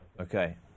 Okay